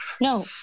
No